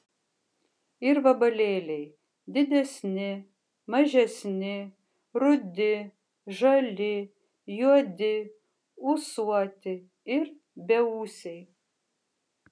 ir vabalėliai didesni mažesni rudi žali juodi ūsuoti ir beūsiai